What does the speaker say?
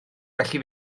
felly